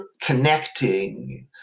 connecting